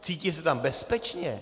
Cítí se tam bezpečně?